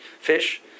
fish